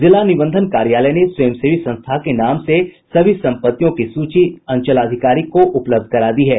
जिला निबंधन कार्यालय ने स्वयंसेवी संस्था के नाम से सभी संपत्तियों की सूची अंचलाधिकारी को उपलब्ध करा दी गयी है